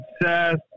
obsessed